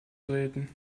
treten